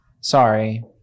Sorry